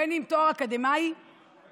בין שזה תואר אקדמי ובין